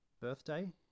birthday